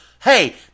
Hey